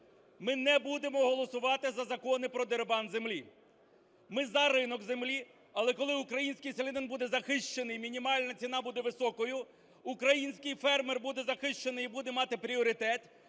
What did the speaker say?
Ми не будемо голосувати за закони про дерибан землі. Ми – за ринок землі, але коли український селянин буде захищений, мінімальна ціна буде високою, український фермер буде захищений і буде мати пріоритет.